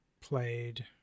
Played